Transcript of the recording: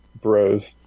bros